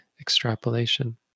extrapolation